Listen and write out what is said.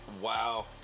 Wow